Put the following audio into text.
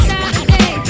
Saturday